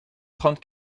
trente